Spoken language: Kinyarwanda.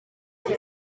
izi